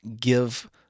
give